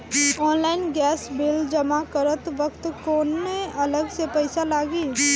Online gas bill जमा करत वक्त कौने अलग से पईसा लागी?